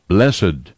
Blessed